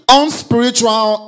unspiritual